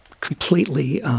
completely